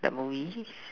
that movie